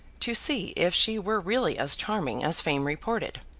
to see if she were really as charming as fame reported.